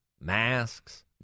masks